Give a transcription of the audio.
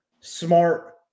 smart